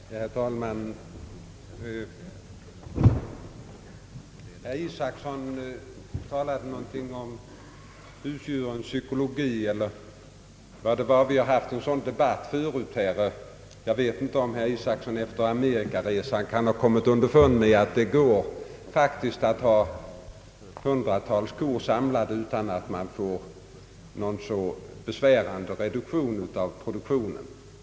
Herr talman! Herr Isacson talade någonting om husdjurens psykologi. Vi har haft en sådan debatt här förut. Jag vet inte om herr Isacson efter Amerikaresan kan ha kommit underfund med att det faktiskt går att ha hundratals kor samlade utan att man får någon besvärande reduktion av produktionen.